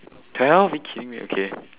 the hell are you kidding me okay